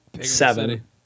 Seven